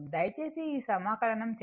దయచేసి ఈ సమాకలనం చేయండి